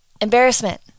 Embarrassment